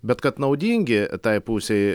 bet kad naudingi tai pusei